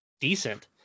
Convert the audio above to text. decent